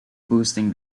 boosting